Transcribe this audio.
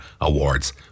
Awards